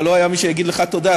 אבל לא היה מי שיגיד לך תודה,